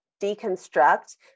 deconstruct